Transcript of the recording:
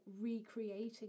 recreating